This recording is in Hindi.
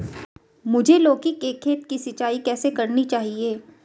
मुझे लौकी के खेत की सिंचाई कैसे करनी चाहिए?